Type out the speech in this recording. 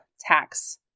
tax